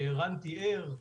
שערן תיאר,